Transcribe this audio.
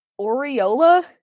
Oriola